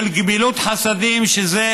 של גמילות חסדים, שזה